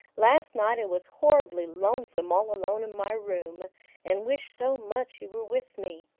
last night i was horribly lonesome all alone in my room and wished so much you were with me.